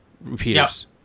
repeaters